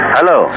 Hello